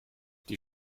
die